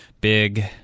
big